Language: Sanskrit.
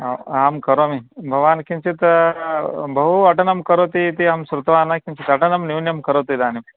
अहं करोमि भवान् किञ्चित् बहु अटनं करोति इति अहं श्रुतवान् किञ्चित् अटनं न्यूनं करोतु इदानीम्